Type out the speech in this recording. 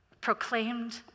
proclaimed